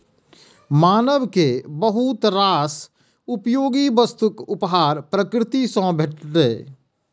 मानव कें बहुत रास उपयोगी वस्तुक उपहार प्रकृति सं भेटलैए